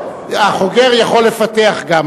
החוגר יכול לפתח גם,